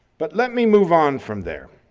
but let me move on from there.